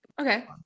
okay